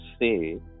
say